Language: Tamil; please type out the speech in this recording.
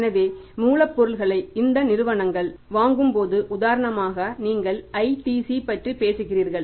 எனவே மூலப்பொருட்களை இந்த நிறுவனங்கள் வாங்கும் போது உதாரணமாக நீங்கள் ITC பற்றி பேசுகிறீர்கள்